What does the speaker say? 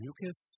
mucus